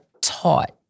taught